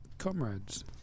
Comrades